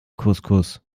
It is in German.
couscous